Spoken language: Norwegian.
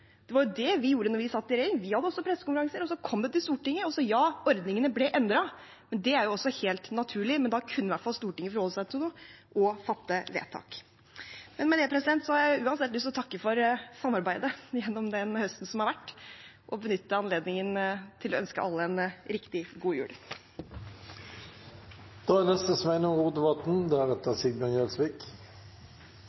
Det var det vi gjorde da vi satt i regjering. Vi hadde også pressekonferanser, og så kom det til Stortinget. Og ja, ordningene ble endret, men det er helt naturlig, og da kunne i hvert fall Stortinget forholde seg til noe og fatte vedtak. Med dette har jeg uansett lyst til å takke for samarbeidet gjennom den høsten som har vært, og benytte anledningen til å ønske alle en riktig god jul. Den store usemja som står att no, er